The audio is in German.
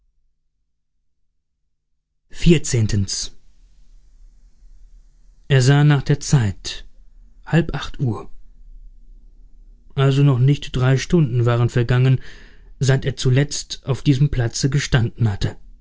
er sah nach der zeit halb acht uhr also noch nicht drei stunden waren vergangen seit er zuletzt auf diesem platze gestanden hatte